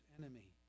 enemy